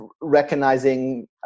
recognizing